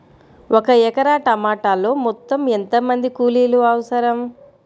ఒక ఎకరా టమాటలో మొత్తం ఎంత మంది కూలీలు అవసరం?